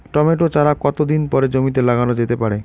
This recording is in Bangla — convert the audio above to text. টমেটো চারা কতো দিন পরে জমিতে লাগানো যেতে পারে?